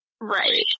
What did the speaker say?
Right